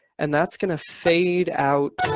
and that's going to fade out